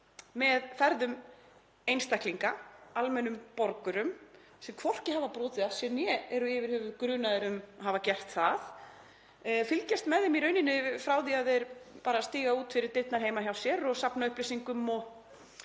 með ferðum einstaklinga, almennum borgurum sem hvorki hafa brotið af sér né eru yfir höfuð grunaðir um að hafa gert það, fylgjast með þeim í rauninni frá því þeir bara að stíga út fyrir dyrnar heima hjá sér og safna upplýsingum og